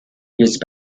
used